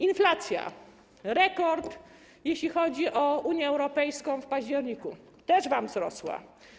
Inflacja - rekord jeśli chodzi o Unię Europejską w październiku, też wam wzrosła.